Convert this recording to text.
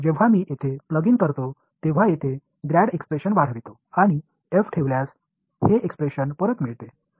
எனவே நான் இங்கே செருகும்போது இந்த எக்ஸ்பிரஷனை நான் இங்கே எடுத்துக்கொண்டு f வைத்தால் இந்த எக்ஸ்பிரஷனை மீண்டும் பெறலாம்